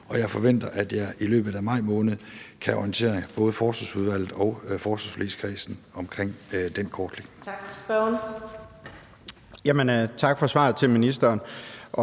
og jeg forventer, at jeg i løbet af maj måned kan orientere både Forsvarsudvalget og forsvarsforligskredsen omkring den kortlægning. Kl. 13:04 Fjerde